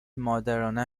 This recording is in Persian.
مادرانه